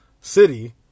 City